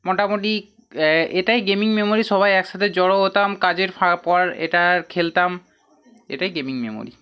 মোটামোটি এটাই gaming memory সবাই একসাথে জড়ো হতাম কাজের ফা পর এটার খেলতাম এটাই গেমিং মেমোরি